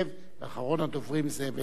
ואחרון הדוברים זאב אלקין.